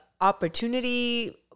opportunity